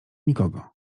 nikogo